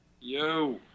Yo